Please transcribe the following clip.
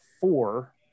four